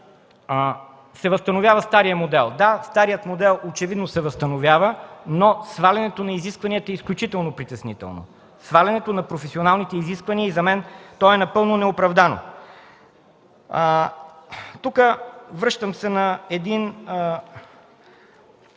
се възстановява старият модел. Да, старият модел очевидно се възстановява, но свалянето на изискванията е изключително притеснително, свалянето на професионалните изисквания. За мен то е напълно неоправдано. Връщам се на един